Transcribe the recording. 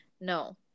No